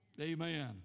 Amen